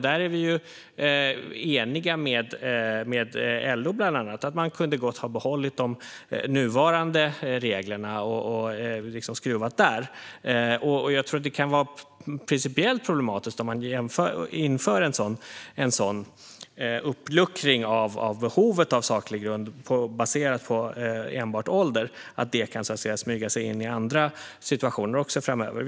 Där är vi eniga med bland andra LO; man kunde gott ha behållit de nuvarande reglerna och skruvat där. Jag tror att det kan vara principiellt problematiskt att införa en sådan uppluckring av behovet av saklig grund baserat på enbart ålder. Det kan då smyga sig in också i andra situationer framöver.